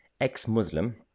ex-Muslim